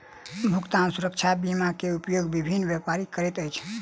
भुगतान सुरक्षा बीमा के उपयोग विभिन्न व्यापारी करैत अछि